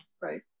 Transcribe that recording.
Right